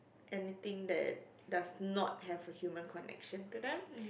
anything that does not have a human connection to them